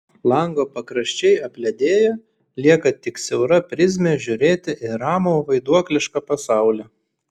lango pakraščiai apledėja lieka tik siaura prizmė žiūrėti į ramų vaiduoklišką pasaulį